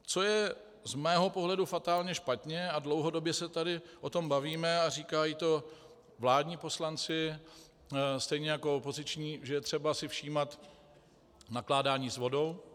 Co je z mého pohledu fatálně špatně a dlouhodobě se tady o tom bavíme a říkají to vládní poslanci stejně jako opoziční, že je třeba si všímat nakládání s vodou.